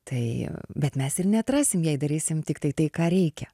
tai bet mes ir neatrasim jei darysim tiktai tai ką reikia